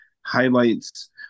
highlights